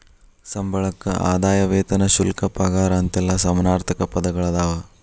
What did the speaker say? ಸಂಬಳಕ್ಕ ಆದಾಯ ವೇತನ ಶುಲ್ಕ ಪಗಾರ ಅಂತೆಲ್ಲಾ ಸಮಾನಾರ್ಥಕ ಪದಗಳದಾವ